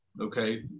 okay